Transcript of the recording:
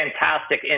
fantastic